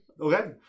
Okay